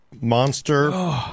monster